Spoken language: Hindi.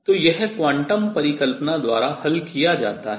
तो यह क्वांटम परिकल्पना द्वारा हल किया जाता है